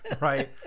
right